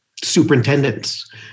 superintendents